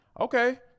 okay